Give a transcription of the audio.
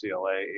CLA